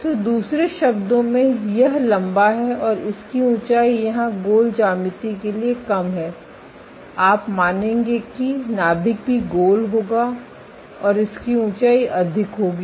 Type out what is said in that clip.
तो दूसरे शब्दों में यह लंबा है और इसकी ऊँचाई यहाँ गोल ज्यामिति के लिए कम है आप मानेंगे कि नाभिक भी गोल होगा और इसकी ऊँचाई अधिक होगी